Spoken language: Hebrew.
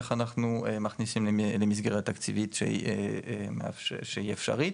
איך אנחנו מכניסים למסגרת תקציבית שהיא אפשרית